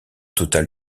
total